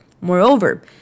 Moreover